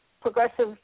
Progressive